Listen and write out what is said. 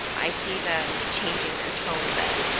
i see them changing their tone a bit.